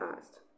asked